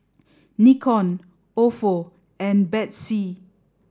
Nikon Ofo and Betsy